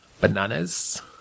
Bananas